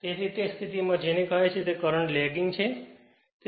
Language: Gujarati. તેથી તે સ્થિતિમાં જેને આ કહે છે તે કરંટ લેગિંગ છે